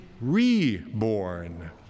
reborn